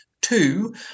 two